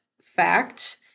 fact